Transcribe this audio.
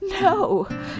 No